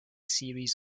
series